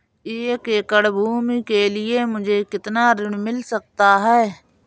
एक एकड़ भूमि के लिए मुझे कितना ऋण मिल सकता है?